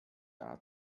辖下